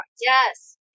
Yes